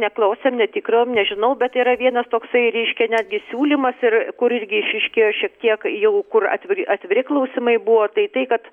neklausėm netikrinom nežinau bet yra vienas toksai reiškia netgi siūlymas ir kuris irgi išryškėjo šiek tiek jau kur atvir atviri klausimai buvo tai tai kad